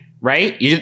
Right